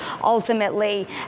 ultimately